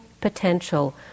potential